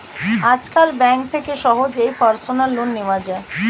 আজকাল ব্যাঙ্ক থেকে সহজেই পার্সোনাল লোন নেওয়া যায়